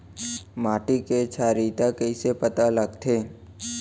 माटी के क्षारीयता कइसे पता लगथे?